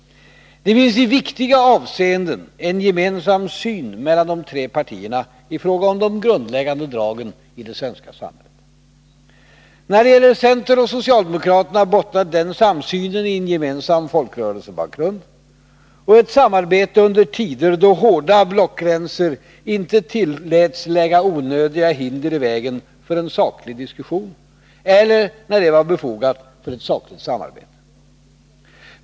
Det finns i viktiga avseenden en gemensam syn mellan de tre partierna i fråga om de grundläggande dragen i det svenska samhället. När det gäller centern och socialdemokraterna bottnar den samsynen i en gemensam folkrörelsebakgrund och ett samarbete under tider då hårda blockgränser inte tilläts lägga onödiga hinder i vägen för en saklig diskussion eller, när det var befogat, ett sakligt samarbete.